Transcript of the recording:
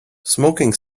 smoking